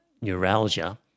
neuralgia